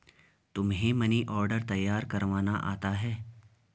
तुम्हें money order तैयार करवाना आता है?